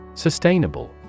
Sustainable